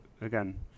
again